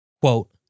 quote